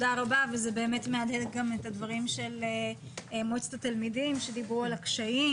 זה באמת מהדהד גם את הדברים של מועצת התלמידים שדיברו על הקשיים